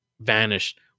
Vanished